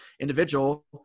individual